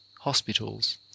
hospitals